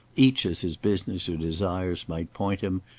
each as his business or desires might point him,